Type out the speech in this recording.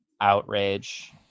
outrage